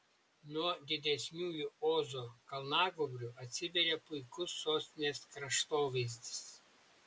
nuo didesniųjų ozo kalnagūbrių atsiveria puikus sostinės kraštovaizdis